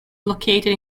located